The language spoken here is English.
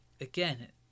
again